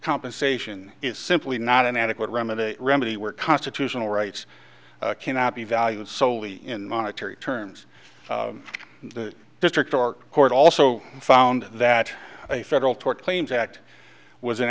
compensation is simply not an adequate remedy remedy where constitutional rights cannot be valued solely in monetary terms in the district our court also found that a federal tort claims act was